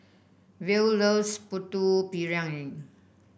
Verl loves Putu Piring